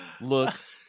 looks